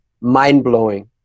mind-blowing